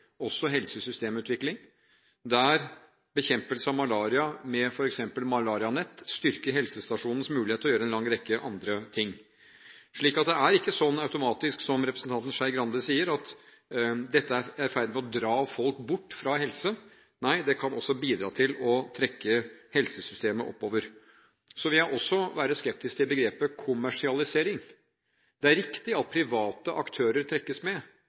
også helsesystemutvikling – der bekjempelse av malaria med f.eks. malarianett styrker helsestasjonens mulighet til å gjøre en lang rekke andre ting. Slik sett er det ikke automatisk som representanten Skei Grande sier, at dette er i ferd med å dra folk bort fra helse – nei, det kan også bidra til å trekke helsesystemet oppover. Jeg vil også være skeptisk til begrepet «kommersialisering». Det er riktig at private aktører trekkes med.